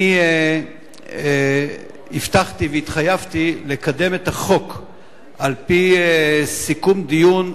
אני הבטחתי והתחייבתי לקדם את החוק על-פי סיכום דיון,